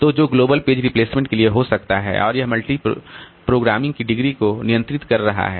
तो जो global page replacement के लिए हो सकता है और यह मल्टीग्रोग्रामिंग की डिग्री को नियंत्रित कर रहा है